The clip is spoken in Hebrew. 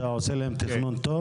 אתה עושה להם תכנון טוב?